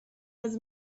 was